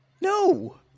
No